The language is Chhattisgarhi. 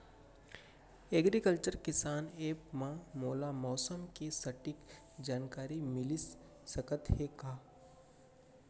एग्रीकल्चर किसान एप मा मोला मौसम के सटीक जानकारी मिलिस सकत हे का?